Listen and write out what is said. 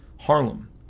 Harlem